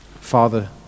Father